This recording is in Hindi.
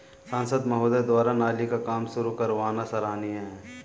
सांसद महोदय द्वारा नाली का काम शुरू करवाना सराहनीय है